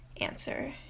answer